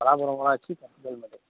ஊராட்சி கத்திக் கோவில் மேடு